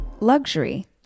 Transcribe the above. Luxury